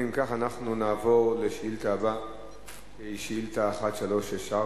ואם כך אנחנו נעבור לשאילתא הבאה והיא שאילתא 1364,